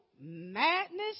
madness